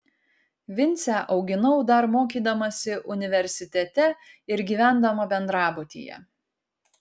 vincę auginau dar mokydamasi universitete ir gyvendama bendrabutyje